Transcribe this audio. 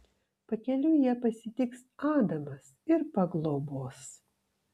pakeliui ją pasitiks adamas ir paglobos